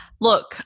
Look